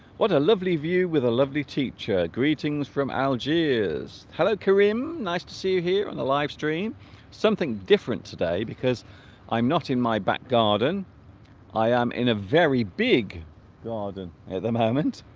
what a lovely view with a lovely teacher greetings from algiers hello kareem nice to see you here on the live stream something different today because i'm not in my back garden i am in a very big garden at the moment